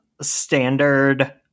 standard